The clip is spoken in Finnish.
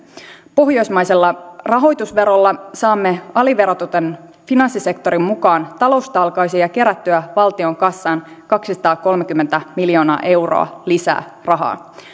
pohjoismaisella rahoitusverolla saamme aliverotetun finanssisektorin mukaan taloustalkoisiin ja kerättyä valtion kassaan kaksisataakolmekymmentä miljoonaa euroa lisää rahaa